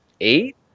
eight